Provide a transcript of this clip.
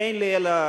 אין לי אלא,